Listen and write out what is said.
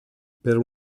per